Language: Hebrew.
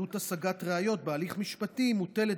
עלות השגת ראיות בהליך משפטי מוטלת